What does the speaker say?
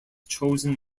chosen